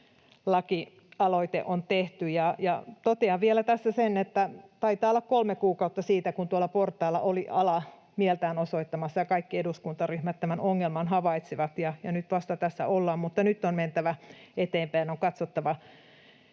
lakialoite on tehty. Totean tässä vielä sen, että taitaa olla kolme kuukautta siitä, kun tuolla portailla oli ala mieltään osoittamassa ja kaikki eduskuntaryhmät tämän ongelman havaitsivat, ja vasta nyt tässä ollaan, mutta nyt on mentävä eteenpäin ja on katsottava